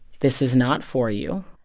this is not for you